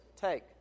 take